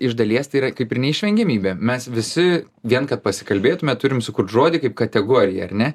iš dalies tai yra kaip ir neišvengiamybė mes visi vien kad pasikalbėtume turim sukurt žodį kaip kategoriją ar ne